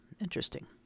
Interesting